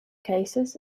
cases